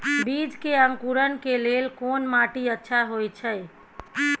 बीज के अंकुरण के लेल कोन माटी अच्छा होय छै?